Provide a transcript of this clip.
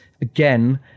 again